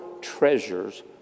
treasures